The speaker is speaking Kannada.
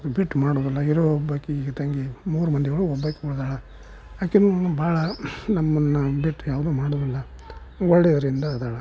ಬಿಟ್ಟು ಮಾಡುವುದಿಲ್ಲ ಇರೋ ಒಬ್ಬಾಕೆ ತಂಗಿ ಮೂರು ಮಂದಿ ಒಳಗೆ ಒಬ್ಬಾಕೆ ಉಳಿದಾಳೆ ಆಕೆಯೂ ಭಾಳ ನಮ್ಮನ್ನು ಬಿಟ್ಟು ಯಾವುದೂ ಮಾಡುವುದಿಲ್ಲ ಒಳ್ಳೆಯದರಿಂದ ಇದಾಳೆ